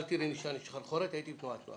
אל תראוני שאני שחרחורת, הייתי בתנועת נוער.